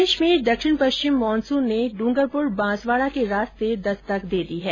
प्रदेश में दक्षिण पश्चिमी मानसून ने डूंगरपुर बांसवाडा के रास्ते दस्तक दे दी है